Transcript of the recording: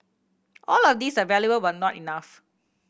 all of these are valuable but are not enough